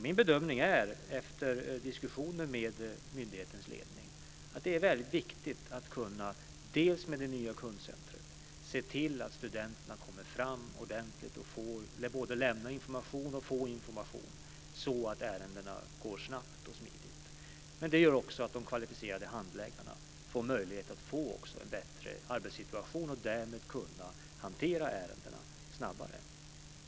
Min bedömning är, efter diskussioner med myndighetens ledning, att det är väldigt viktigt att kunna, delvis med det nya kundcentret, se till att studenterna kommer fram ordentligt och kan både lämna information och få information så att ärendena går snabbt och smidigt. Det gör också att de kvalificerade handläggarna får en bättre arbetssituation och kan därmed hantera ärendena snabbare.